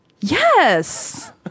Yes